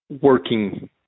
working